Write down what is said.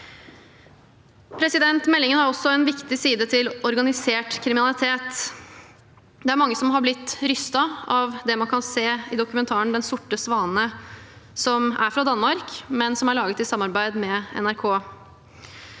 effektivt. Meldingen har også en viktig side til organisert kriminalitet. Mange er blitt rystet av det man kan se i dokumentaren «Den sorte svane», som er fra Danmark, men som er laget i samarbeid med NRK.